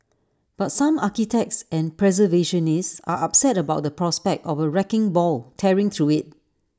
but some architects and preservationists are upset about the prospect of A wrecking ball tearing through IT